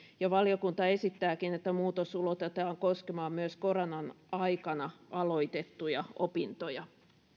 ja valiokunta esittääkin että muutos ulotetaan koskemaan myös koronan aikana aloitettuja opintoja